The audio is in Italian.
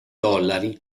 dollari